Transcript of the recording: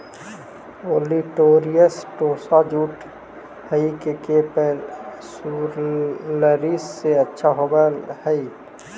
olitorius tossa jute हई जे capsularis से अच्छा होवऽ हई